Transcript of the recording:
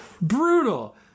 brutal